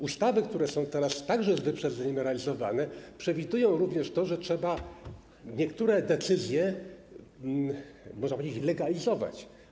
Ustawy, które są teraz także z wyprzedzeniem realizowane, przewidują również to, że trzeba niektóre decyzje, można powiedzieć, legalizować.